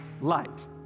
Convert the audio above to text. light